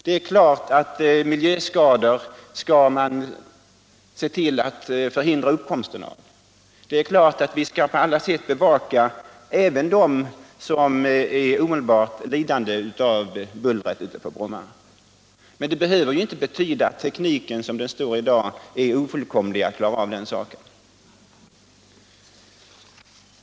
Det är klart att man skall förhindra uppkomsten av miljöskador, och det är klart att man på alla sätt skall bevaka även deras intressen som är omedelbart lidande av bullret på Bromma. Det behöver ju inte betyda att tekniken sådan den är i dag är ofullkomlig att klara av den saken.